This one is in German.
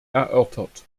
erörtert